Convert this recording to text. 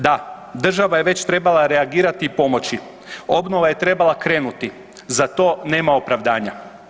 Da, država je već trebala reagirati i pomoći, obnova je trebala krenuti za to nema opravdanja.